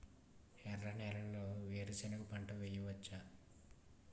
ఎర్ర నేలలో వేరుసెనగ పంట వెయ్యవచ్చా?